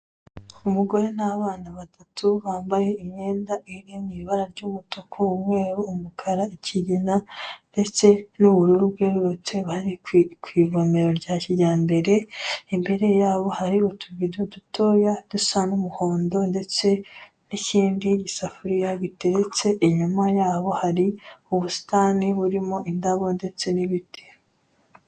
Umugore n'abana batatu bambaye imyenda iri mu ibara ry'umutuku, umweru, umukara, ikigina, ndetse n'ubururu bwerurutse bari ku ivomero rya kijyambere, imbere yabo hari utubido dutoya dusa n'umuhondo ndetse n'ikindi gisafuriya biteretse inyuma yabo hari ubusitani burimo indabo ndetse n'ibiti.